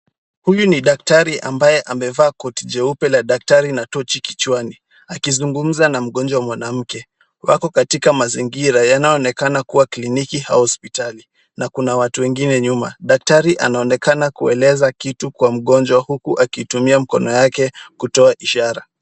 Huyu ni daktari ambaye amevaa koti jeupe la daktari na tochi kichwani. Akizungumza na mgonjwa mwanamke. Wako katika mazingira yanayoonekana kuwa kliniki au hospitali, na kuna watu wengine nyuma. Daktari anaonekana kueleza kitu kwa mgonjwa huku akitumia mkono yake kutoa ishara.